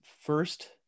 first